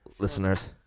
Listeners